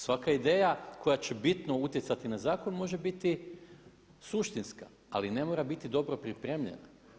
Svaka ideja koja će bitno utjecati na zakon može biti suštinska ali ne mora biti dobro pripremljena.